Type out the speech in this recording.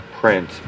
print